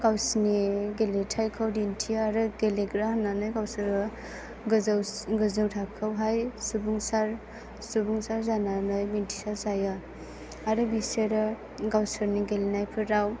गावसोरनि गेलेनायखौ दिन्थियो आरो गेलेग्रा होननानै गावसोरो गोजौ थाखोआवहाय सुबुंसार जानानै मिथिसार जायो आरो बिसोरो गावसोरनि गेलेनायफोराव